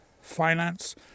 finance